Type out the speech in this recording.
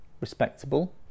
respectable